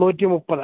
നൂറ്റി മുപ്പത്